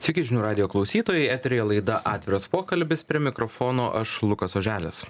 sveiki žinių radijo klausytojai eteryje laida atviras pokalbis prie mikrofono aš lukas oželis